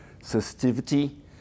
sensitivity